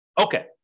Okay